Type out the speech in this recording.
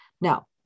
Now